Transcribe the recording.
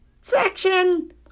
section